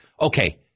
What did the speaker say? Okay